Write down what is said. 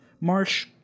Marsh